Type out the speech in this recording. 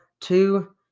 two